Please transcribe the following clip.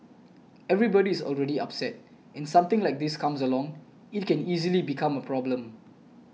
everybody is already upset and something like this comes along it can easily become a problem